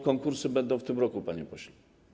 Konkursy będą w tym roku, panie pośle.